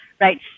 right